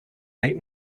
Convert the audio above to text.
late